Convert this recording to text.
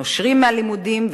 נושרים מהלימודים,